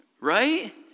Right